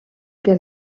que